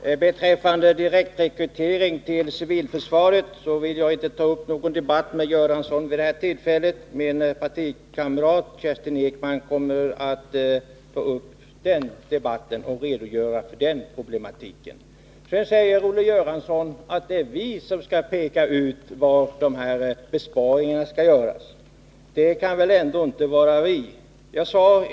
Herr talman! Beträffande direktrekryteringen till civilförsvaret vill jag inte ta upp någon debatt med Olle Göransson vid detta tillfälle. Min partikamrat Kerstin Ekman kommer att ta upp den debatten och redogöra för den problematiken. Olle Göransson säger att det är vi som skall peka ut var dessa besparingar skall göras. Det kan väl ändå inte vara riktigt.